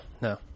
no